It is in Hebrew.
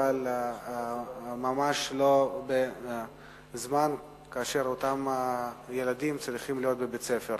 אבל ממש לא בזמן שאותם ילדים צריכים להיות בבית-הספר.